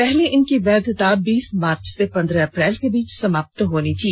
पहले इनकी वैधता बीस मार्च से पंद्रह अप्रैल के बीच समाप्त होनी थी